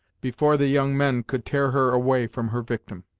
before the young men could tear her away from her victim.